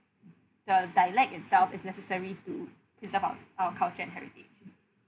the dialect itself is necessary to preserve of our our culture and heritage